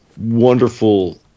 wonderful